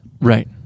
Right